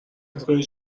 میکنی